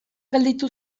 gelditu